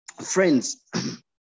friends